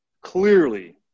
Clearly